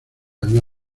vio